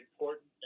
important